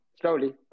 Slowly